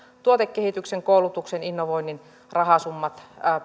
tuotekehityksen koulutuksen innovoinnin rahasummat